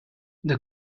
the